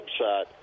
website